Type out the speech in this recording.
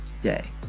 day